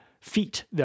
feet